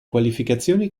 qualificazione